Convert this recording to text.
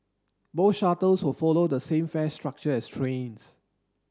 both shuttles will follow the same fare structure as trains